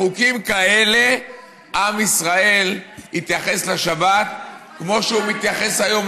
בחוקים כאלה עם ישראל יתייחס לשבת כמו שהוא מתייחס היום,